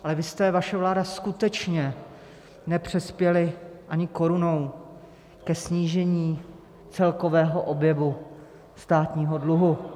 Ale vy jste vaše vláda skutečně nepřispěli ani korunou ke snížení celkového objemu státního dluhu.